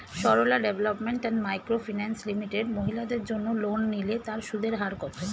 Sarala development and micro finance limited মহিলাদের জন্য loan নিলে তার সুদের হার কত?